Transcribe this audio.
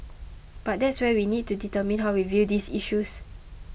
but that's where we need to determine how we view these issues